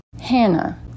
Hannah